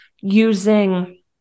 using